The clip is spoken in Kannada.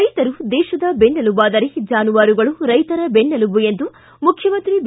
ರೈತರು ದೇತದ ಬೆನ್ನೆಲುಬಾದರೆ ಜಾನುವಾರುಗಳು ರೈತನ ಬೆನ್ನೆಲುಬು ಎಂದು ಮುಖ್ಯಮಂತ್ರಿ ಬಿ